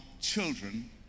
children